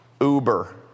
Uber